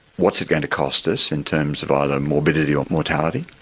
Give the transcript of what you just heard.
what's it going to cost us in terms of either morbidity or mortality,